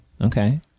Okay